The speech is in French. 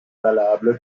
valable